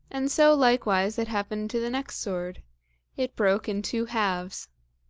and so likewise it happened to the next sword it broke in two halves.